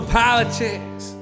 politics